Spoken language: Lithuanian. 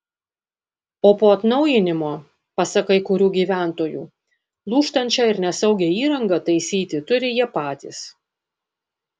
o po atnaujinimo pasak kai kurių gyventojų lūžtančią ir nesaugią įrangą taisyti turi jie patys